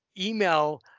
email